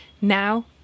Now